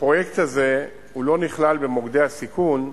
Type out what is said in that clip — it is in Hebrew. הפרויקט הזה לא נכלל במוקדי הסיכון.